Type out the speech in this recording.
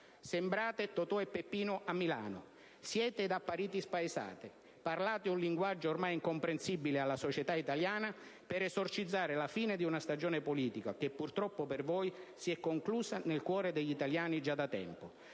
sembrate Totò e Peppino a Milano. Siete ed apparite spaesati, parlate un linguaggio ormai incomprensibile alla società italiana, per esorcizzare la fine di una stagione politica che, purtroppo per voi, si è conclusa nel cuore degli italiani già da tempo.